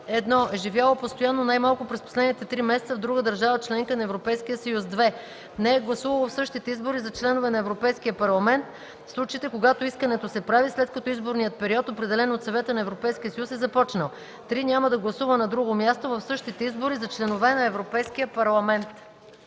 1. е живяло постоянно най-малко през последните три месеца в друга държава – членка на Европейския съюз; 2. не е гласувало в същите избори за членове на Европейския парламент – в случаите, когато искането се прави, след като изборният период, определен от Съвета на Европейския съюз, е започнал; 3. няма да гласува на друго място в същите избори за членове на Европейския парламент.”